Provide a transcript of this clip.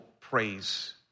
praise